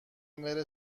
بره